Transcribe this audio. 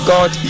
God